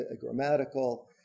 grammatical